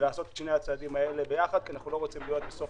ולעשות את שני הצדדים האלה יחד כי אנחנו לא רוצים להגיע לסוף